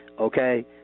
Okay